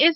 S